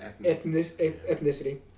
ethnicity